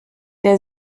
der